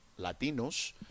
Latinos